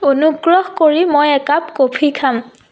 অনুগ্ৰহ কৰি মই একাপ কফি খাম